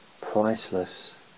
priceless